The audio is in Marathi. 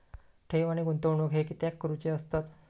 ठेव आणि गुंतवणूक हे कित्याक करुचे असतत?